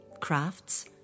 crafts